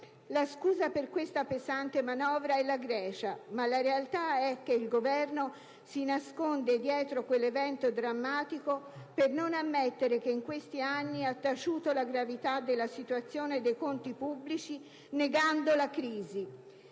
La scusa per questa pesante manovra è la Grecia, ma la realtà è che il Governo si nasconde dietro quell'evento drammatico per non ammettere che in questi anni ha taciuto la gravità della situazione dei conti pubblici, negando la crisi.